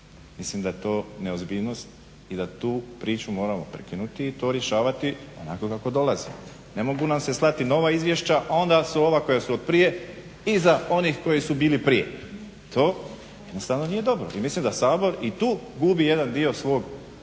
Mislim da je to neozbiljnosti i da tu priču moram prekinuti i to rješavati onako kako dolazi. Ne mogu nam se slati nova izvješća, a onda su ova koja su od prije iza onih koji su bili prije. To jednostavno nije dobro, i mislim da Sabor i tu gubi jedan dio svoje